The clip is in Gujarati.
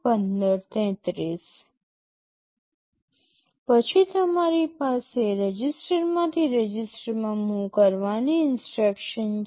પછી તમારી પાસે રજીસ્ટરમાંથી રજિસ્ટરમાં મૂવ કરવાની ઇન્સટ્રક્શન્સ છે